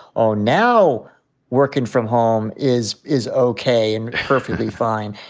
oh, now working from home is is okay and perfectly fine.